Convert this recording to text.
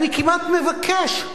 אני כמעט מבקש: